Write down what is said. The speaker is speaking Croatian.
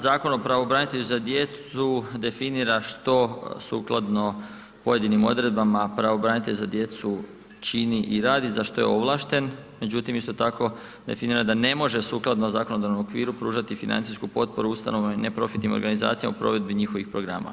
Zakon o pravobranitelju za djecu definira što sukladno pojedinim odredbama pravobranitelj za djecu čini i radi, za što je ovlašten, međutim isto tako definira da ne može sukladno zakonodavnom okviru pružati financijsku potporu ustanovama i neprofitnim organizacijama u provedbi njihovih programa.